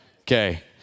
Okay